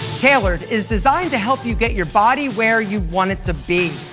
tailored is designed to help you get your body where you want it to be,